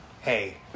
hey